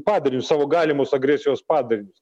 padarinius savo galimus agresijos padarinius